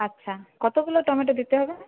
আচ্ছা কতগুলো টমেটো দিতে হবে